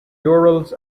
urals